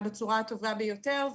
בצורה הטובה ביותר,